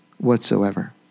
whatsoever